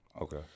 Okay